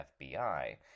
FBI